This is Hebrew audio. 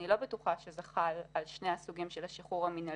אני לא בטוחה שזה חל על שני הסוגים של השחרור המינהלי